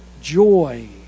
joy